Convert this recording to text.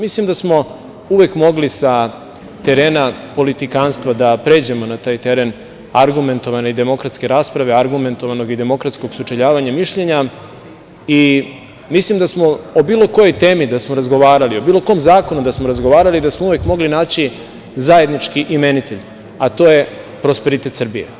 Mislim da smo uvek mogli sa terena politikanstva da pređemo na taj teren argumentovane i demokratske rasprave, argumentovanog i demokratskog sučeljavanja mišljenja i mislim da smo o bilo kojoj temi da smo razgovarali, o bilo kom zakonu da smo razgovarali, da smo uvek mogli naći zajednički imenitelj, a to je prosperitet Srbije.